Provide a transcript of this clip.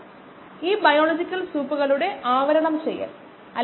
നേരത്തെ ഇത് രേഖീയമായിരുന്നു ഒരു രേഖീയ കുറവ് ഈ സാഹചര്യത്തിൽ കുറയുന്നത് ഇതുപോലെയാണ്